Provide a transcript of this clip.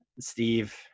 Steve